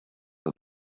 that